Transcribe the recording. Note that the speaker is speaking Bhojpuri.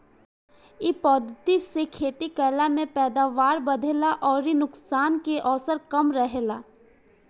इ पद्धति से खेती कईला में पैदावार बढ़ेला अउरी नुकसान के अवसर कम रहेला